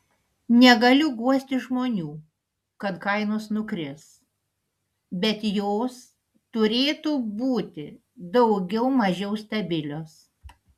negaliu guosti žmonių kad kainos nukris bet jos turėtų būti daugiau mažiau stabilios